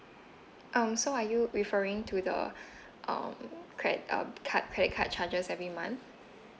um so are you referring to the um cred~ um card credit card charges every month